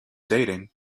dating